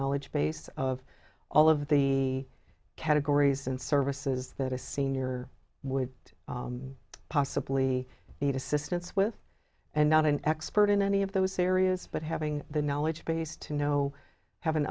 knowledge base of all of the categories and services that a senior would possibly need assistance with and not an expert in any of those areas but having the knowledge base to know have an